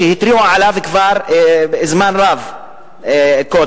שהתריעו עליו כבר זמן רב קודם.